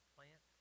Plant